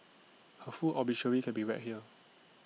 her full obituary can be read here